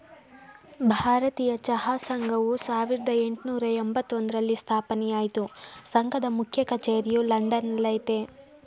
ಭಾರತೀಯ ಚಹಾ ಸಂಘವು ಸಾವಿರ್ದ ಯೆಂಟ್ನೂರ ಎಂಬತ್ತೊಂದ್ರಲ್ಲಿ ಸ್ಥಾಪನೆ ಆಯ್ತು ಸಂಘದ ಮುಖ್ಯ ಕಚೇರಿಯು ಲಂಡನ್ ನಲ್ಲಯ್ತೆ